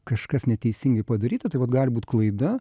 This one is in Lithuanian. kažkas neteisingai padaryta tai vat gali būt klaida